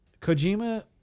Kojima